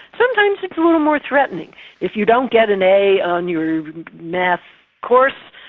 sometimes it's a little more threatening if you don't get an a on your math course,